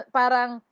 parang